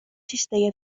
cistella